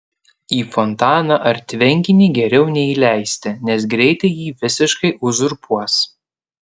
į fontaną ar tvenkinį geriau neįleisti nes greitai jį visiškai uzurpuos